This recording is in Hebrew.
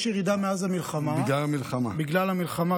יש ירידה בגלל המלחמה,